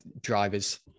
drivers